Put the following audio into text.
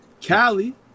Cali